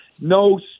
No